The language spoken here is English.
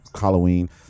Halloween